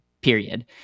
period